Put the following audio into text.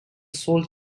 sole